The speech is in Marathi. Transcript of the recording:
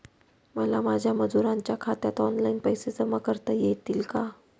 मला माझ्या मजुरांच्या खात्यात ऑनलाइन पैसे जमा करता येतील का?